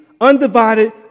undivided